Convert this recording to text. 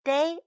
Day